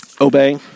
obey